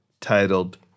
titled